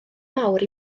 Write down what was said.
mawr